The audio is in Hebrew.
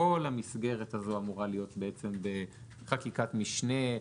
כל המסגרת הזאת אמורה בעצם להיות בחקיקת משנה,